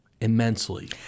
immensely